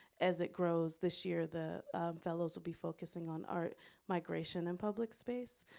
as it grows this year, the fellows will be focusing on art migration and public space,